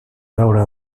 beure